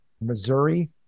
Missouri